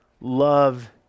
love